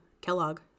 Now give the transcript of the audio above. Kellogg